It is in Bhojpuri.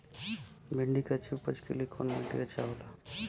भिंडी की अच्छी उपज के लिए कवन मिट्टी अच्छा होला?